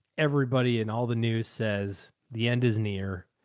everybody in all the news says, the end is near